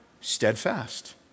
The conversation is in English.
steadfast